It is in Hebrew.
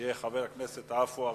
חבר הכנסת עפו אגבאריה.